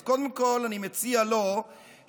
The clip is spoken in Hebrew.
אז קודם כול, אני מציע לו שיירגע